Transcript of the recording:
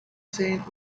saint